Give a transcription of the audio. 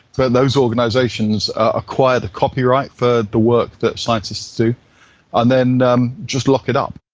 but those organisations acquire the copyright for the work that scientists do and then um just lock it up.